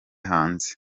hanze